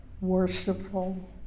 worshipful